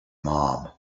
mom